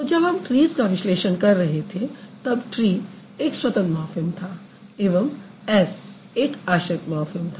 तो जब हम ट्रीज़ का विश्लेषण कर रहे थे तब ट्री एक स्वतंत्र मॉर्फ़िम था एवं s एक आश्रित मॉर्फ़िम था